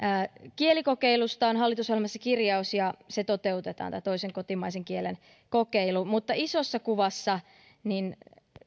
kielikokeilusta on hallitusohjelmassa kirjaus ja tämä toisen kotimaisen kielen kokeilu toteutetaan mutta isossa kuvassa